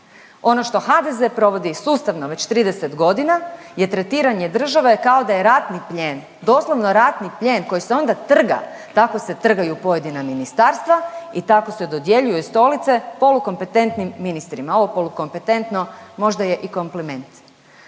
Ono što HDZ provodi je sustavno već 30 godina je tretiranje države kao da je ratni plijen, doslovno ratni plijen koji se onda trga. Tako se trgaju pojedina ministarstva i tako se dodjeljuje stolice polukompetentnim ministrima. Ovu polukompetentno možda je i kompliment.